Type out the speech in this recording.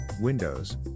windows